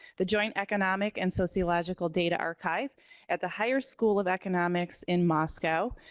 the joint economic and sociological data archive at the higher school of economics in moscow.